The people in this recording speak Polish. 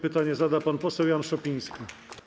Pytanie zada pan poseł Jan Szopiński.